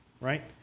Right